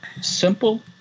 simple